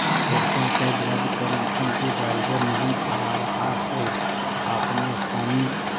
action cab रद्द करें क्योंकि ड्राइवर नहीं आ रहा है आपने स्थानीय